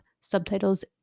subtitles